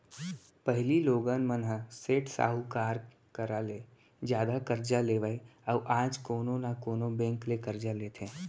पहिली लोगन मन ह सेठ साहूकार करा ले जादा करजा लेवय अउ आज कोनो न कोनो बेंक ले करजा लेथे